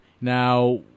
Now